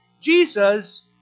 Jesus